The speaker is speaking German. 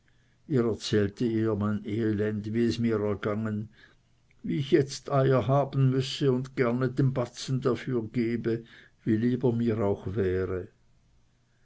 ihr mein elend wie es mir ergangen wie ich jetzt eier haben müsse und gerne den batzen dafür gebe wie lieb er mir auch wäre